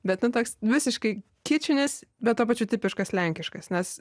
bet nu toks visiškai kičinis bet tuo pačiu tipiškas lenkiškas nes